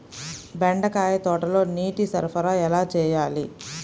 బెండకాయ తోటలో నీటి సరఫరా ఎలా చేయాలి?